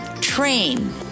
Train